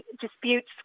disputes